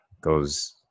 goes